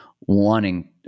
wanting